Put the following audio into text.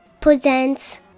Presents